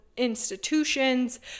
institutions